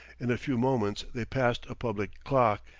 in a few moments they passed a public clock.